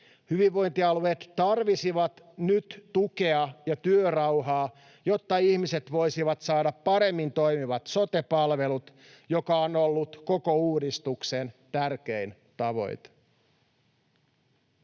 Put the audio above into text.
Hyvinvointialueet tarvitsisivat nyt tukea ja työrauhaa, jotta ihmiset voisivat saada paremmin toimivat sote-palvelut, mikä on ollut koko uudistuksen tärkein tavoite.